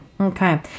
Okay